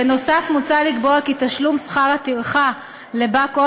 בנוסף מוצע לקבוע כי תשלום שכר הטרחה לבא-כוח